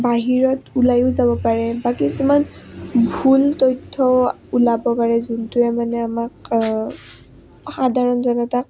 বাহিৰত ওলায়ো যাব পাৰে বা কিছুমান ভুল তথ্য ওলাব পাৰে যোনটোৱে মানে আমাক সাধাৰণ জনতাক